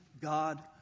God